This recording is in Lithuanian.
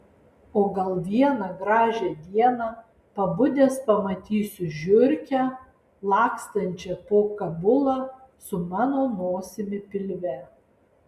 o gal vieną gražią dieną pabudęs pamatysiu žiurkę lakstančią po kabulą su mano nosimi pilve